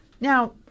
now